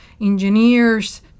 engineers